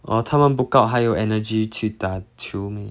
orh 他们 book out 还有 energy 去打球 meh